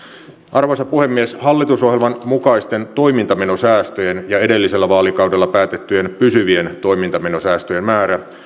arvoisa puhemies hallitusohjelman mukaisten toimintamenosäästöjen ja edellisellä vaalikaudella päätettyjen pysyvien toimintamenosäästöjen määrä